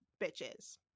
bitches